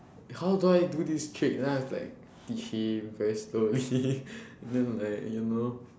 how do I do this trick then I have to like teach him very slowly and then like you know